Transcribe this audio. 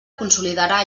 consolidarà